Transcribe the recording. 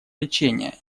лечения